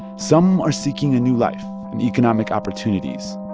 some are seeking a new life and economic opportunities,